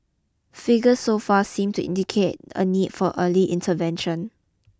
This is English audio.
figures so far seem to indicate a need for early intervention